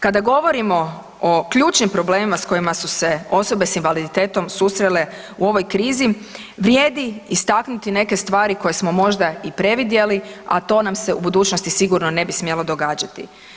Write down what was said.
Kada govorimo o ključnim problemima s kojima su se osobe s invaliditetom susrele u ovoj krizi vrijedi istaknuti neke stvari koje smo možda i previdjeli, a to nam se u budućnosti sigurno ne bi smjelo događati.